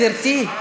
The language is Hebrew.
גברתי.